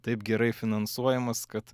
taip gerai finansuojamas kad